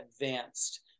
advanced